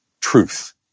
truth